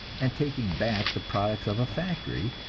and taking back the products of a factory,